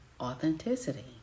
authenticity